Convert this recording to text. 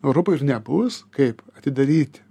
europoj ir nebus kai atidaryti